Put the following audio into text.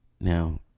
now